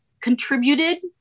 contributed